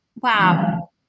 Wow